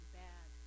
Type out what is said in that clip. bad